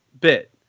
bit